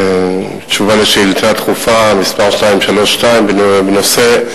תשובה על שאילתא דחופה מס' 232 בנושא: